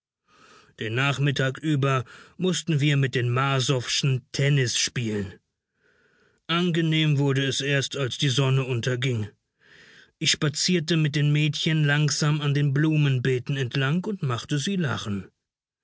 den nachmittag über mußten wir mit den marsowschen tennis spielen angenehm wurde es erst als die sonne unterging ich spazierte mit den mädchen langsam an den blumenbeeten entlang und machte sie lachen